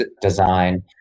design